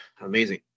Amazing